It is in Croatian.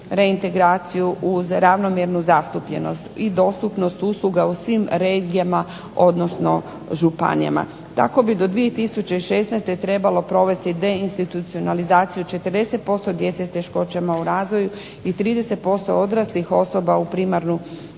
reintegraciju uz ravnomjernu zastupljenost i dostupnost usluga u svim regijama odnosno županijama. Tako bi do 2016. trebalo provesti deinstitucionalizaciju 40% djece s teškoćama u razvoju i 30% odraslih osoba u primarnu